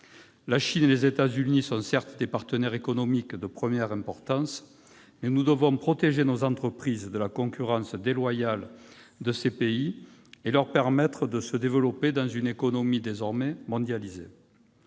La Chine et les États-Unis sont, certes, des partenaires économiques de première importance, mais nous devons protéger nos entreprises de la concurrence déloyale de ces pays et leur permettre de se développer dans une économie désormais mondialisée.